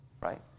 right